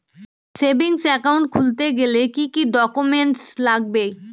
Savings account খুলতে গেলে কি কি ডকুমেন্টস লাগবে?